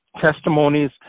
testimonies